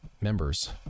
members